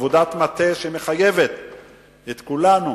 עבודת מטה שמחייבת את כולנו